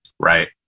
Right